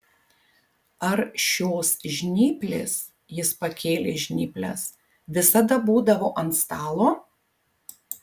ar šios žnyplės jis pakėlė žnyples visada būdavo ant stalo